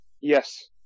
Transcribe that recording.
Yes